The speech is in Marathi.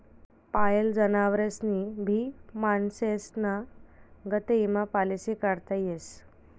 पायेल जनावरेस्नी भी माणसेस्ना गत ईमा पालिसी काढता येस